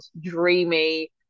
dreamy